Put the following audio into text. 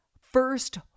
first